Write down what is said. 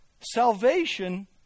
salvation